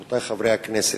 רבותי חברי הכנסת,